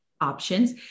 options